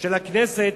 של הכנסת